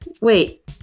Wait